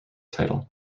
title